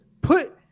put